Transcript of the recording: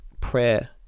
prayer